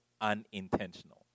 unintentional